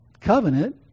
Covenant